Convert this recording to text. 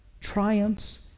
triumphs